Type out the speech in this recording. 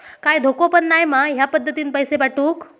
काय धोको पन नाय मा ह्या पद्धतीनं पैसे पाठउक?